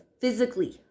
physically